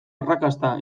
arrakasta